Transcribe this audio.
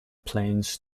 plains